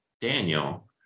Daniel